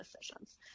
decisions